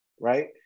right